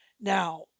Now